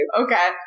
okay